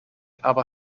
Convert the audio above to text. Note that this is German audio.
aber